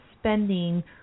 spending